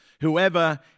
Whoever